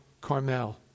Carmel